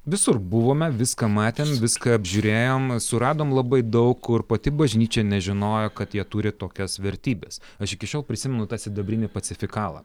visur buvome viską matėm viską apžiūrėjom suradom labai daug kur pati bažnyčia nežinojo kad jie turi tokias vertybes aš iki šiol prisimenu tą sidabrinį pacifikalą